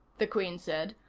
the queen said,